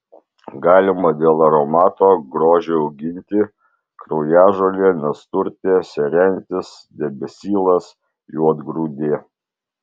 galima dėl aromato grožio auginti kraujažolė nasturtė serentis debesylas juodgrūdė